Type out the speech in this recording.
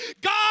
God